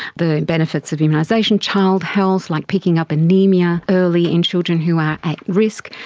the benefits of immunisation, child health, like picking up anaemia early in children who are at risk,